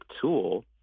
tool